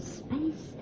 space